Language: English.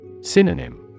Synonym